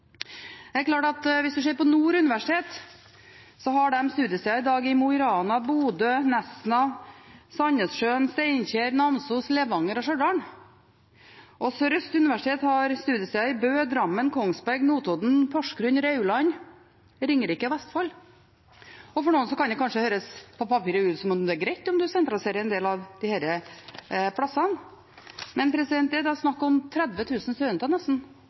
Hvis en ser på Nord universitet, som i dag har studiesteder i Mo i Rana, Bodø, Nesna, Sandnessjøen, Steinkjer, Namsos, Levanger og Stjørdal, og Universitetet i Sørøst-Norge, som har studiesteder i Bø, Drammen, Kongsberg, Notodden, Porsgrunn, Rauland, Ringerike og Vestfold, kan det kanskje for noen, på papiret, se ut som det er greit om en sentraliserer en del av disse stedene. Men det er snakk om